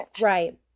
Right